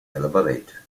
elaborate